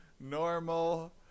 normal